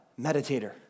meditator